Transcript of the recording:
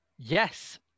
Yes